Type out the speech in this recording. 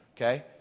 Okay